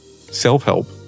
self-help